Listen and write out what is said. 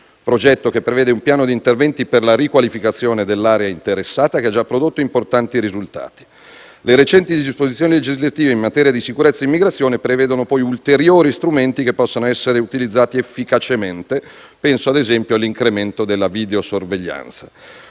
progetto, che prevede un piano di interventi per la riqualificazione dell'area interessata e che ha già prodotto importanti risultati. Le recenti disposizioni legislative in materia di sicurezza e immigrazione prevedono poi ulteriori strumenti, che possono essere utilizzati efficacemente; penso ad esempio all'incremento della videosorveglianza.